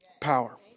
power